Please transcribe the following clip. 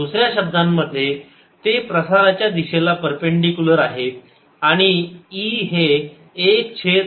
दुसऱ्या शब्दांमध्ये ते प्रसाराच्या दिशेला परपेंडीकुलर आहे आणि e हे 1 छेद r च्या प्रमाणात असणार आहे